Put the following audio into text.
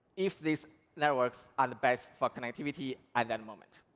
if these networks are the best for connectivity at that moment.